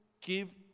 give